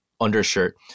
undershirt